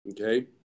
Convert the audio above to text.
okay